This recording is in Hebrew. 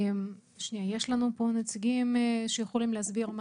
יש לנו פה נציגים שיכולים להסביר?